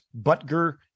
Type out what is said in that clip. Butger